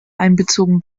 einbezogen